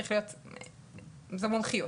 זו מומחיות,